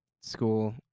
school